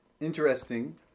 Interesting